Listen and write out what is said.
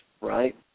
right